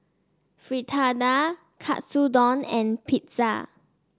Fritada Katsudon and Pizza